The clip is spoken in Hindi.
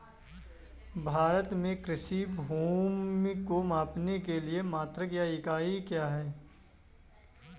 भारत में कृषि भूमि को मापने के लिए मात्रक या इकाई क्या है?